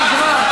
נגמר.